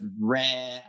rare